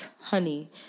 honey